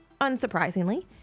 Unsurprisingly